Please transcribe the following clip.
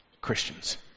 Christians